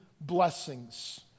blessings